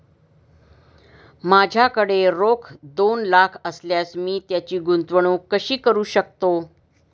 माझ्याकडे रोख दोन लाख असल्यास मी त्याची गुंतवणूक कशी करू शकतो?